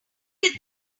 get